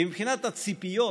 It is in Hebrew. כי מבחינת הציפיות,